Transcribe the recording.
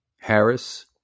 Harris